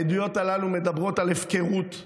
העדויות הללו מדברות על הפקרות,